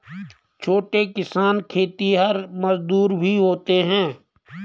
छोटे किसान खेतिहर मजदूर भी होते हैं